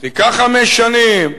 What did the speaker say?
חיכה חמש שנים?